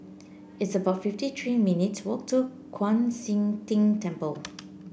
it's about fifty three minutes' walk to Kwan Siang Tng Temple